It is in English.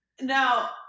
now